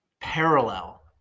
parallel